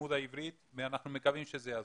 ללימוד עברית ואנחנו מקווים שזה יעזור.